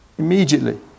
Immediately